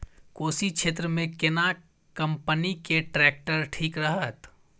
कोशी क्षेत्र मे केना कंपनी के ट्रैक्टर ठीक रहत?